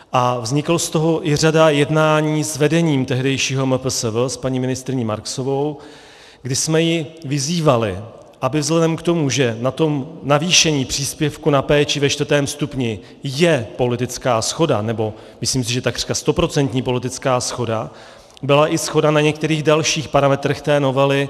A vznikla z toho i řada jednání s vedením tehdejšího MPSV, s paní ministryní Marksovou, kdy jsme ji vyzývali, aby vzhledem k tomu, že na navýšení příspěvku na péči ve čtvrtém stupni je politická shoda, nebo si myslím, že takřka stoprocentní politická shoda, byla i shoda na některých dalších parametrech novely.